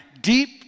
deep